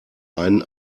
ein